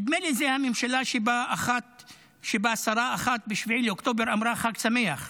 נדמה לי שזו הממשלה שבה שרה אחת ב-7 באוקטובר אמרה: חג שמח.